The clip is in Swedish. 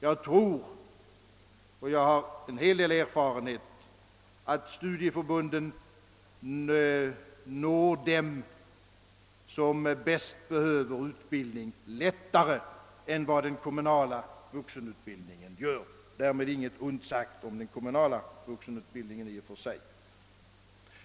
Jag tror — och jag har en hel del erfarenhet — att studieförbunden når dem som bäst behöver utbildning lättare än vad den kommunala vuxenutbildningen gör. Därmed inget ont sagt om den senare.